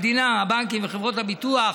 המדינה, הבנקים וחברות הביטוח